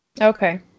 Okay